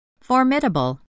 Formidable